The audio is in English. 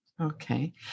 Okay